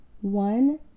One